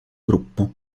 gruppo